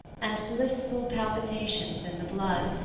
and blissful palpitations in the blood,